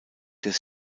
des